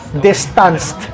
distanced